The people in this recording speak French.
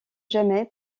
jamais